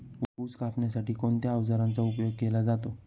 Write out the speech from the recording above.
ऊस कापण्यासाठी कोणत्या अवजारांचा उपयोग केला जातो?